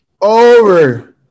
Over